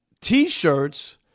T-shirts